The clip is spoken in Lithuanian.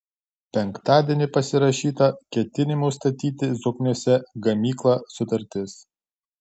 penktadienį pasirašyta ketinimų statyti zokniuose gamyklą sutartis